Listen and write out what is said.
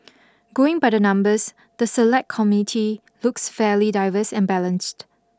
going by the numbers the Select Committee looks fairly diverse and balanced